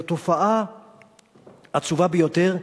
זו תופעה עצובה ביותר,